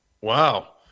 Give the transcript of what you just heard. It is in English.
Wow